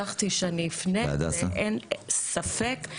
אין ספק,